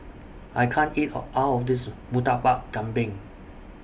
I can't eat All of This Murtabak Kambing